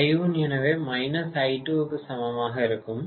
I1 எனவே I2 க்கு சமமாக இருக்கும்